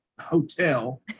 hotel